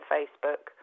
Facebook